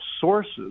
sources